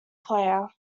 player